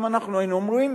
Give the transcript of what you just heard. גם אנחנו היינו אומרים,